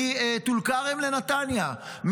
מטול-כרם לנתניה,